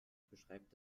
beschreibt